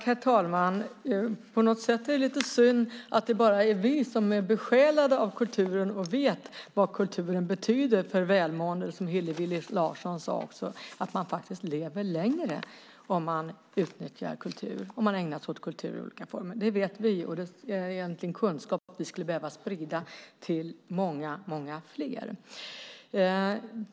Herr talman! På något sätt är det lite synd att det bara är vi som är besjälade av kulturen och vet vad den betyder för välmåendet som står här. Som Hillevi Larsson också sade lever man faktiskt längre om man ägnar sig åt kultur i olika former. Vi vet det, och det är egentligen kunskap vi skulle behöva sprida till många fler.